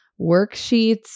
worksheets